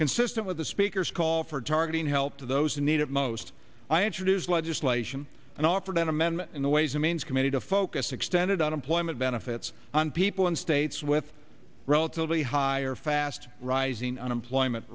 consistent with the speaker's call for targeting help to those who need it most i introduced legislation and offered an amendment in the ways and means committee to focus extended unemployment benefits on people in states with relatively higher fast rising unemployment